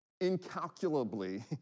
incalculably